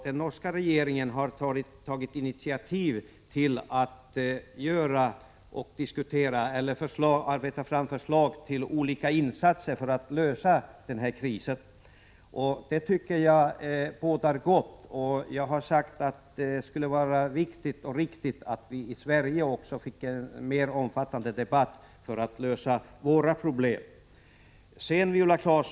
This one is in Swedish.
Den norska regeringen har tagit initiativ till att arbeta fram förslag till olika insatser för att lösa krisen. Det tycker jag bådar gott. Det skulle vara viktigt och riktigt att vi i Sverige också fick en mer omfattande debatt om hur vi löser våra problem.